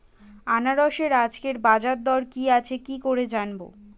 আনারসের আজকের বাজার দর কি আছে কি করে জানবো?